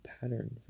pattern